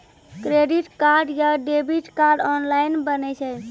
Credit card या debit card online बनै छै?